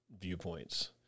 viewpoints